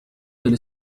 delle